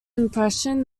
impression